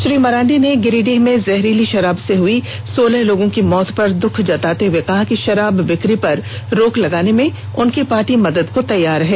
श्री मरांडी ने गिरिडीह में जहरीली शराब से हुई सोलह लोगों की मौत पर दूःख जताते हुए कहा कि शराब बिक्री पर रोक लगाने में उनकी पार्टी मदद को ँ तैयार है